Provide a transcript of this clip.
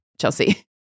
Chelsea